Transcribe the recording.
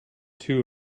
two